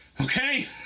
Okay